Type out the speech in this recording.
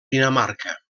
dinamarca